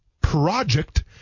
project